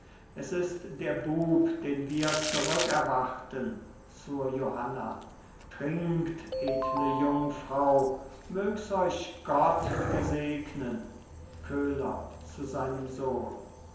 es ist der bub den wir zurückerwarten zur johanna trinkt edle jungfrau mögs euch gott gesegnen köhler zu seinem sohn